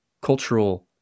cultural